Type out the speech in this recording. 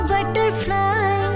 Butterfly